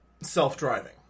self-driving